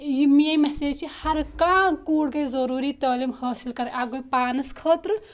یہِ میٲنۍ میسیج چھِ ہر کانٛہہ کوٗر گژھِ ضروٗری تعلیٖم حٲصِل کَرٕنۍ اکھ گوٚو پانَس خٲطرٕ